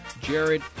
Jared